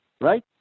right